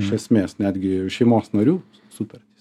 iš esmės netgi šeimos narių sutartys